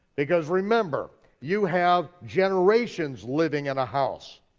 because remember, you have generations living in a house.